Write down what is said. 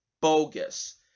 Bogus